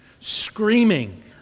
screaming